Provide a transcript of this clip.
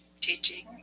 teaching